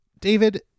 David